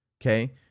okay